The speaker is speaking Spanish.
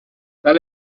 tal